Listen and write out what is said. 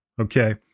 okay